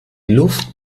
luft